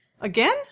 Again